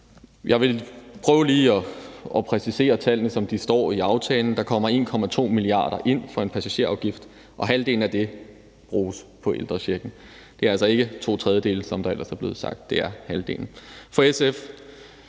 jeg vil prøve lige at præcisere tallene, som de står i aftalen. Der kommer 1,2 mia. kr. ind fra en passagerafgift, og halvdelen af det bruges på ældrechecken. Det er altså ikke to tredjedele, som der ellers er blevet sagt. Det er halvdelen. For SF